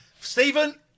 Stephen